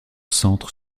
centre